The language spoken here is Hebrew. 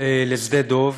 לשדה דב,